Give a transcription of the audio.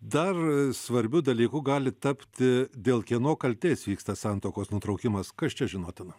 dar svarbiu dalyku gali tapti dėl kieno kaltės vyksta santuokos nutraukimas kas čia žinotina